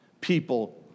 people